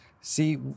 See